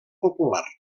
popular